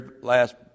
last